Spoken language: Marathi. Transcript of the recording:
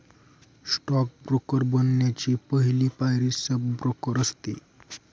स्टॉक ब्रोकर बनण्याची पहली पायरी सब ब्रोकर असते